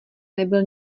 nebyl